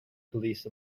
police